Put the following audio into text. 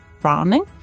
Browning